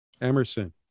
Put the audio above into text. Emerson